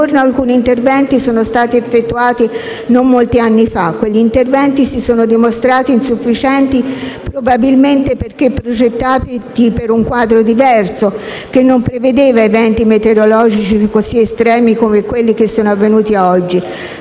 alcuni interventi sono stati effettuatati non molti anni fa. Quegli interventi si sono dimostrati insufficienti, probabilmente perché progettati per un quadro diverso, che non prevedeva eventi meteorologici così estremi come quelli che avvengono oggi.